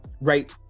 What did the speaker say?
right